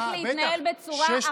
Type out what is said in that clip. צריך להתנהל בצורה אחראית.